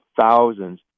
thousands